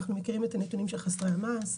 אנחנו מכירים את הנתונים של חסרי המעש,